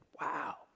Wow